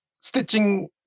stitching